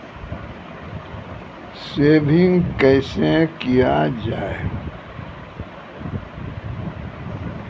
Saving कैसै किया जाय?